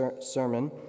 sermon